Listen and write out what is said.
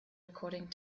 recording